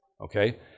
Okay